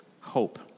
hope